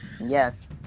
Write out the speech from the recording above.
yes